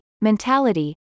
mentality